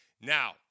Now